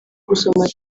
gusoma